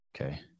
Okay